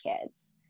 kids